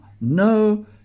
no